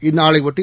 இந்நாளையொட்டி